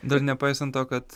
dar nepaisant to kad